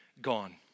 gone